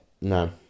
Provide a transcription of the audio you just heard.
No